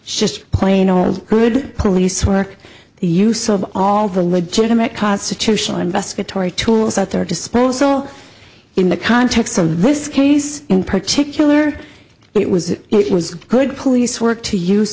just plain old good police work the use of all the legitimate constitutional investigatory tools at their disposal in the context of this case in particular it was it was good police work to use